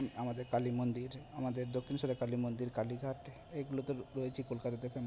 আমাদের কালী মন্দির আমাদের দক্ষিণেশ্বরের কালী মন্দির কালীঘাট এইগুলো তো রয়েছেই কলকাতাতে ফেমাস